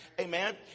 Amen